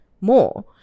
more